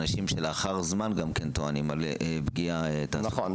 אנשים שלאחר זמן גם כן טוענים על פגיעה תעסוקתית.